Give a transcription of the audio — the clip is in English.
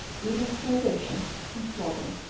even starvation and flogging.